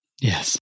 Yes